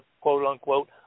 quote-unquote